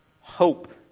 Hope